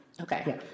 Okay